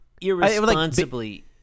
Irresponsibly